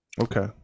Okay